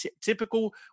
typical